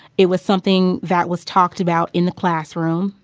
it was something that was talked about in the classroom.